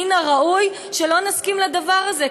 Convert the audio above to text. מן הראוי שלא נסכים לדבר הזה,